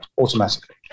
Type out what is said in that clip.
automatically